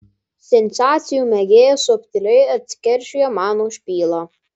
sensacijų mėgėjas subtiliai atsikeršijo man už pylą